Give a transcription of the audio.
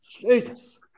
Jesus